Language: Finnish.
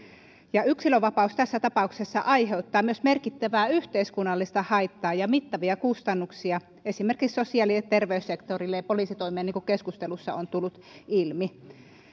yksilönvapaus tässä tapauksessa aiheuttaa myös merkittävää yhteiskunnallista haittaa ja mittavia kustannuksia esimerkiksi sosiaali ja terveyssektorille ja poliisitoimeen niin kuin keskustelussa on tullut ilmi